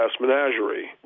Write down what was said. Menagerie